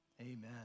Amen